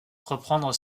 reprendre